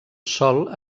sòl